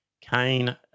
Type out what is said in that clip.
Kane